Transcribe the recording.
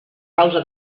causa